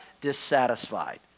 dissatisfied